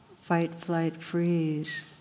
fight-flight-freeze